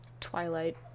Twilight